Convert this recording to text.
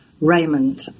Raymond